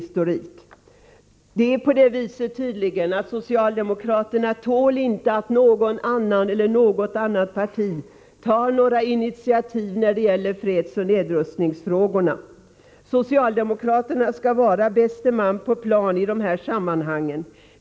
Socialdemokraterna tål tydligen inte att någon person med annan partitillhörighet eller något annat parti tar några initiativ när det gäller fredsoch nedrustningsfrågorna. Socialdemokraterna skall vara bäste man på plan i de här sammanhangen.